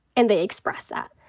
and they expressed that.